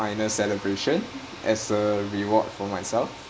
final celebration as a reward for myself